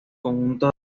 conjunto